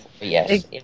Yes